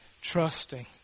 trusting